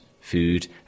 Food